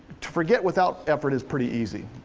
to forget without effort is pretty easy,